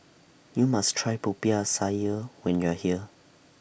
YOU must Try Popiah Sayur when YOU Are here